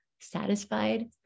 satisfied